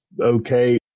okay